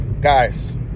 guys